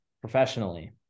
professionally